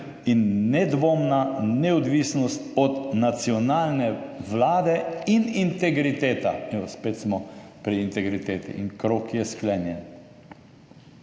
in nedvomna neodvisnost od nacionalne vlade ter integriteta. Spet smo pri integriteti in krog je sklenjen.